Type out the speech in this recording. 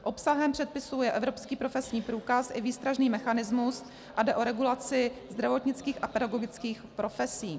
Obsahem předpisu je evropský profesní průkaz i výstražný mechanismus a jde o regulaci zdravotnických a pedagogických profesí.